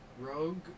Rogue